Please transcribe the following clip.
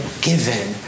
given